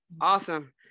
Awesome